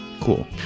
Cool